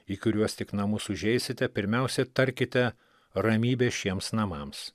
į kuriuos tik namus užeisite pirmiausia tarkite ramybė šiems namams